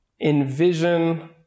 envision